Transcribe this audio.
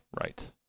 Right